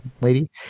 lady